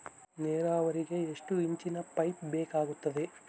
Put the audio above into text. ನೇರಾವರಿಗೆ ಎಷ್ಟು ಇಂಚಿನ ಪೈಪ್ ಬೇಕಾಗುತ್ತದೆ?